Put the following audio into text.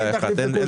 מי נמנע?